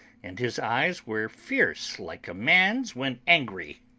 and his eyes were fierce like a man's when angry.